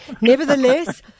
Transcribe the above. Nevertheless